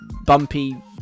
bumpy